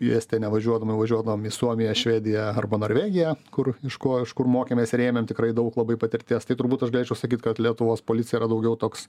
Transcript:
į estiją nevažiuodavom važiuodavom į suomiją švediją arba norvegiją kur iš ko iš kur mokėmės ir ėmėm tikrai daug labai patirties tai turbūt aš galėčiau sakyt kad lietuvos policija yra daugiau toks